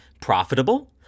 profitable